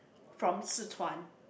from Sichuan